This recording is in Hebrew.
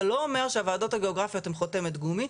זה לא אומר שהוועדות הגיאוגרפיות הן חותמת גומי.